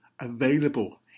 available